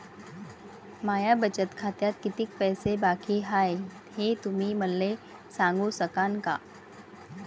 माया बचत खात्यात कितीक पैसे बाकी हाय, हे तुम्ही मले सांगू सकानं का?